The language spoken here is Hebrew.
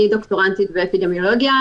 אני דוקטורנטית באפידמיולוגיה,